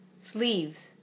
Sleeves